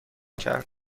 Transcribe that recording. کرد